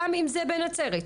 גם בנצרת.